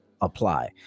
apply